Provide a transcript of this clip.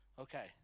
Okay